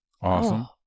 Awesome